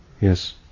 Yes